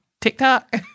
TikTok